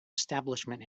establishment